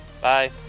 bye